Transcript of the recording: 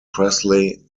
presley